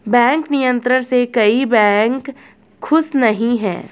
bank नियंत्रण से कई बैंक खुश नही हैं